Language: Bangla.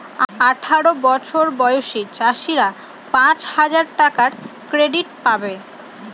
আঠারো বছর বয়সী চাষীরা পাঁচ হাজার টাকার ক্রেডিট পাবে